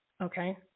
okay